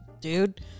dude